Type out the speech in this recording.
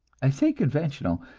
i say conventional,